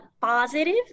positive